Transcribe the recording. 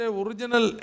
original